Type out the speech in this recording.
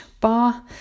bar